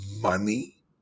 money